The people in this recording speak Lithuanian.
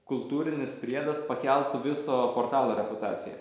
kultūrinis priedas pakeltų viso portalo reputaciją